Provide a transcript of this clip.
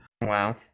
Wow